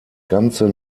ganze